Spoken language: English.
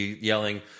yelling